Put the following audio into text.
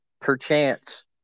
perchance